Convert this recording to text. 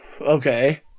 Okay